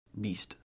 beast